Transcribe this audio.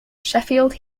sheffield